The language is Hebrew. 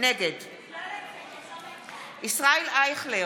נגד ישראל אייכלר,